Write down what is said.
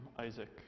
Isaac